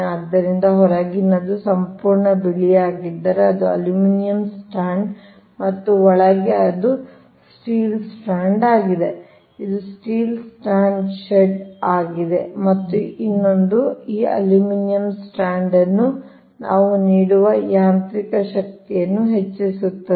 ಆದ್ದರಿಂದ ಹೊರಗಿನದು ಸಂಪೂರ್ಣವಾಗಿ ಬಿಳಿಯಾಗಿದ್ದರೆ ಅದು ಅಲ್ಯೂಮಿನಿಯಂ ಸ್ಟ್ರಾಂಡ್ ಮತ್ತು ಒಳಗೆ ಅದು ಸ್ಟೀಲ್ ಸ್ಟ್ರಾಂಡ್ ಆಗಿದೆ ಇದು ಸ್ಟೀಲ್ ಸ್ಟ್ಯಾಂಡ್ ಶೇಡ್ ಆಗಿದೆ ಮತ್ತು ಇನ್ನೊಂದು ಈ ಅಲ್ಯೂಮಿನಿಯಂ ಸ್ಟ್ರಾಂಡ್ ಅನ್ನು ನಾವು ನೀಡುವ ಯಾಂತ್ರಿಕ ಶಕ್ತಿಯನ್ನು ಹೆಚ್ಚಿಸುತ್ತದೆ